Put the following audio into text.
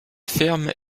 fermes